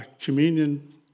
communion